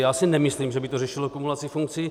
Já si nemyslím, že by to řešilo kumulaci funkcí.